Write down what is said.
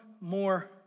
more